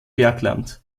bergland